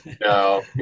No